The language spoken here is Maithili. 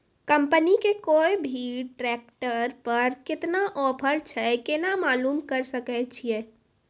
कंपनी के कोय भी ट्रेक्टर पर केतना ऑफर छै केना मालूम करऽ सके छियै?